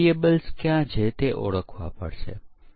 તેથી ત્યાં પણ આપણે આવી જ યોજના બનાવી શકીએ